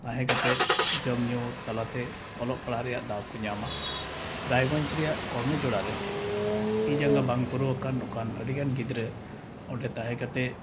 ᱛᱟᱦᱮᱸ ᱠᱟᱛᱮᱫ ᱡᱚᱢᱼᱧᱩ ᱛᱟᱞᱟᱛᱮ ᱚᱞᱚᱜ ᱯᱟᱲᱦᱟᱜ ᱨᱮᱭᱟᱜ ᱫᱟᱣᱠᱚ ᱧᱟᱢᱟ ᱨᱟᱭᱜᱚᱸᱡᱽ ᱨᱮᱭᱟᱜ ᱠᱚᱨᱱᱚ ᱡᱳᱲᱟᱨᱮ ᱛᱤᱼᱡᱟᱸᱜᱟ ᱵᱟᱝ ᱯᱩᱨᱟᱹᱣ ᱟᱠᱟᱱ ᱱᱚᱝᱠᱟᱱ ᱟᱹᱰᱤᱜᱟᱱ ᱜᱤᱫᱽᱨᱟᱹ ᱚᱸᱰᱮ ᱛᱟᱦᱮᱸ ᱠᱟᱛᱮᱫ